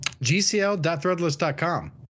GCL.threadless.com